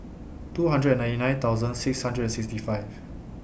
two hundred and ninety nine thousand six hundred and sixty five